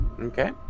Okay